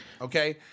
okay